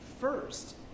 first